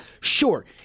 sure